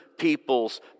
people's